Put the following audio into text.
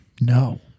No